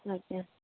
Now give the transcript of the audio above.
ଆଜ୍ଞା